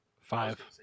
Five